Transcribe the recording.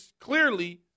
clearly